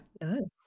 No